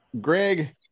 Greg